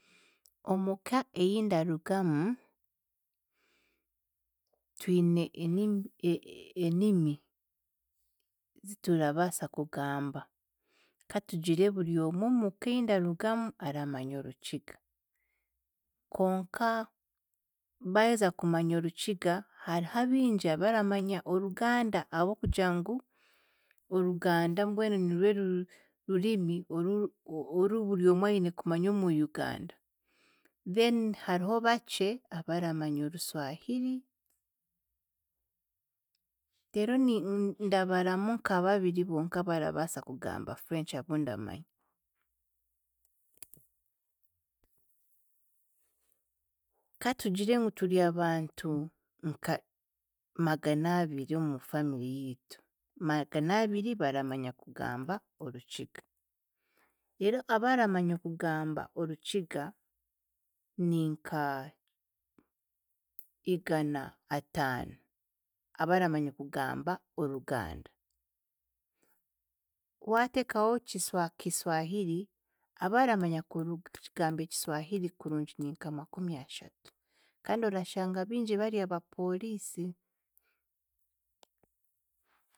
Omuuka ei ndarugamu, twine enimi e- enimi ziturabaasa kugamba. Katugire buryomwe omuuka ei ndarugamu aramanya Orukiga, konka baaheza kumanya Orukiga, hariho abingi abaramanya Oruganda ahabw'okugira ngu Oruganda mbwenu nirwe ru- rurimi oru o- o- buryomwe aine kumanya omu Uganda, then hariho bakye abaramanya Oruswahiri, reero ni- ndabaramu nka babiri bonka abarabaasa kugamba French abundamanya. Katugire ngu turi abantu nka magana abiri omu family yitu, magana abiri baramanya kugamba Orukiga reero abaramanya kugamba Orukiga, ninka igana ataano abaramanya kugamba Oruganda, waateekaho Kiswa Kiswahiri, abaramanya kuru kugamba Kiswahiri kurungi ni nkamakumyashatu kandi orashanga abingi bari aba police.